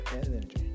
energy